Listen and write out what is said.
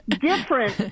different